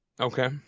Okay